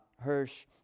Hirsch